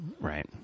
Right